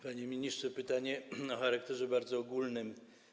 Panie ministrze, pytanie o charakterze bardzo ogólnym.